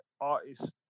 artists